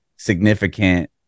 significant